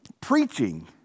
preaching